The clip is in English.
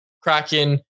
Kraken